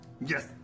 Yes